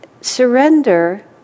surrender